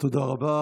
תודה רבה.